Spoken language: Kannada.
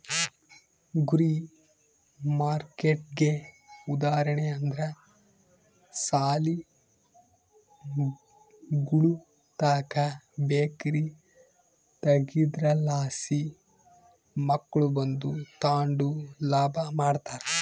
ಗುರಿ ಮಾರ್ಕೆಟ್ಗೆ ಉದಾಹರಣೆ ಅಂದ್ರ ಸಾಲಿಗುಳುತಾಕ ಬೇಕರಿ ತಗೇದ್ರಲಾಸಿ ಮಕ್ಳು ಬಂದು ತಾಂಡು ಲಾಭ ಮಾಡ್ತಾರ